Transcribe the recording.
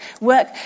Work